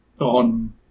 on